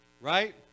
right